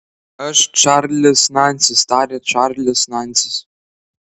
aš čarlis nansis tarė čarlis nansis